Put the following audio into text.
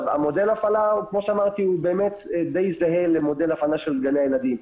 מודל הפעלה כמו שאמרתי באמת הוא דיי זהה למודל החלה של גני הילדים,